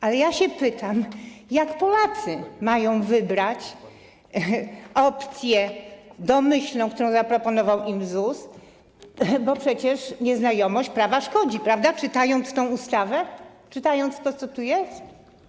Ale pytam, jak Polacy mają wybrać opcję domyślną, którą zaproponował im ZUS - bo przecież nieznajomość prawa szkodzi, prawda? - czytając tę ustawę, czytając to, co tu jest.